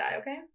okay